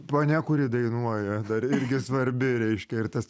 ponia kuri dainuoja dar irgi svarbi reiškia ir tas